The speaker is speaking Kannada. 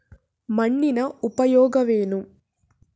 ಮಣ್ಣಿನ ಉಪಯೋಗವೇನು?